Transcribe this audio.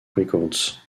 records